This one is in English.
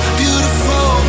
beautiful